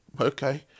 okay